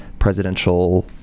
presidential